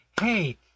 Hey